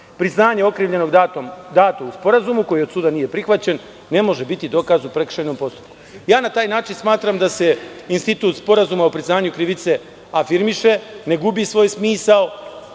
Priznanje okrivljenog dato u sporazumu koje od suda nije prihvaćeno, ne može biti dokaz u prekršajnom postupku. Na taj način smatram da se institut sporazuma o priznanju krivice afirmiše, ne gubi svoj smisao